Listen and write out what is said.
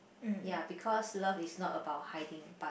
ya because love is not about hiding but